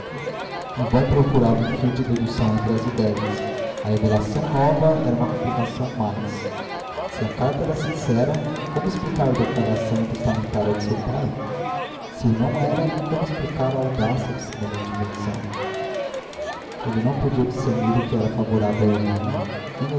em vão procurava um fio de dedução entre as idéias a revelação nova era uma complicação mais se a carta era sincera como explicar a declaração testamentária de seu pai se o não era como explicar a audácia de semelhante invenção ele não podia discernir o que era favorável a helena nem